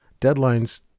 deadlines